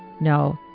No